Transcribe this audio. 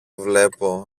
βλέπω